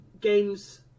games